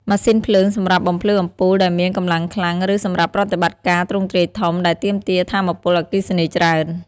ម៉ាស៊ីនភ្លើង សម្រាប់បំភ្លឺអំពូលដែលមានកម្លាំងខ្លាំង ឬសម្រាប់ប្រតិបត្តិការទ្រង់ទ្រាយធំ ដែលទាមទារថាមពលអគ្គិសនីច្រើន។